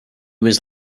was